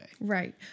Right